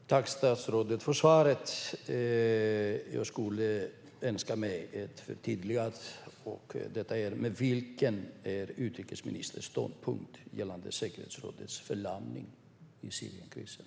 Fru talman! Tack, statsrådet, för svaret! Jag önskar mig ett förtydligande. Vilken är utrikesministerns ståndpunkt gällande säkerhetsrådets förlamning i fråga om Syrienkrisen?